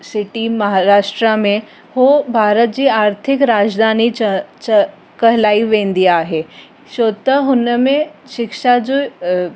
city Maharashtra में हू भारत जी आर्थिक राजधानी च च कहलाई वेंदी आहे छो त हुनमें शिक्षा जो